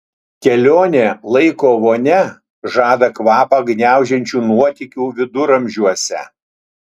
kelionė laiko vonia žada kvapą gniaužiančių nuotykių viduramžiuose